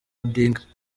odinga